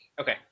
Okay